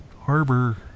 harbor